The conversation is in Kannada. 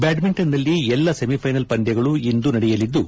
ಬ್ಲಾಡ್ಸಿಂಟನ್ನಲ್ಲಿ ಎಲ್ಲ ಸೆಮಿ ಷೈನಲ್ ಪಂದ್ಯಗಳು ಇಂದು ನಡೆಯಲಿದ್ದು